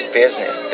business